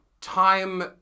time